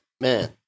man